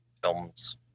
films